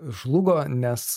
žlugo nes